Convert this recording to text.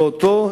ואותו,